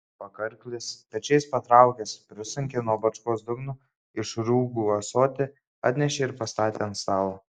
pakarklis pečiais patraukęs prisunkė nuo bačkos dugno išrūgų ąsotį atnešė ir pastatė ant stalo